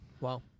Wow